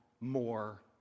more